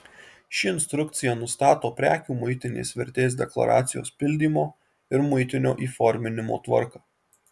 ši instrukcija nustato prekių muitinės vertės deklaracijos pildymo ir muitinio įforminimo tvarką